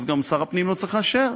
אז גם שר הפנים לא צריך לאשר.